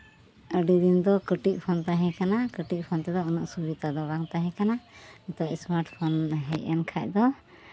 ᱟᱹᱰᱤ ᱫᱤᱱ ᱫᱚ ᱠᱟᱹᱴᱤᱡ ᱯᱷᱳᱱ ᱛᱟᱦᱮᱸ ᱠᱟᱱᱟ ᱠᱟᱹᱴᱤᱡ ᱯᱷᱳᱱ ᱛᱮᱫᱚ ᱩᱱᱟᱹᱜ ᱥᱩᱵᱤᱫᱷᱟ ᱫᱚ ᱵᱟᱝ ᱛᱟᱦᱮᱸ ᱠᱟᱱᱟ ᱱᱤᱛᱚᱜ ᱥᱢᱟᱨᱴ ᱯᱷᱳᱱ ᱦᱮᱡ ᱮᱱ ᱠᱷᱟᱱ ᱫᱚ